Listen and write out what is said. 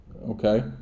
Okay